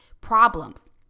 problems